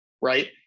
right